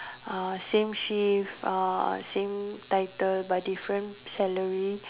uh same shift uh same title but different salary